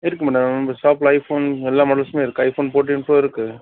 இருக்கு மேடம் எங்கள் ஷாப்பில் ஐஃபோன் எல்லா மாடல்ஸும் இருக்கு ஐஃபோன் ஃபோட்டின்ஸும் இருக்கு